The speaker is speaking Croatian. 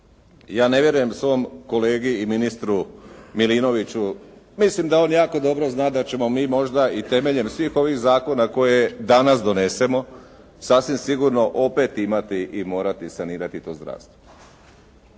ja ne vjerujem svom kolegi i ministru Milinoviću. Mislim da on jako dobro zna da ćemo mi možda temeljem svih ovih zakona koje danas donesemo, sasvim sigurno opet imati i morati sanirati to zdravstvo.